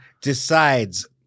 decides